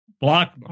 block